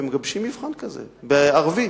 ומגבשים מבחן כזה בערבית.